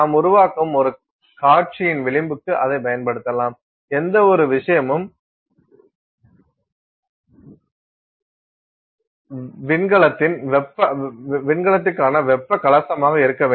நாம் உருவாக்கும் ஒரு காட்சியின் விளிம்புக்கு அதைப் பயன்படுத்தலாம் எந்தவொரு விஷயமும் விண்கலத்திற்கான வெப்பக் கவசமாக இருக்க வேண்டும்